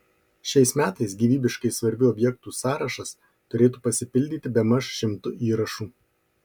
šiais metais gyvybiškai svarbių objektų sąrašas turėtų pasipildyti bemaž šimtu įrašų